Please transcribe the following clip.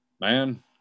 man